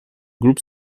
групп